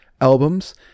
albums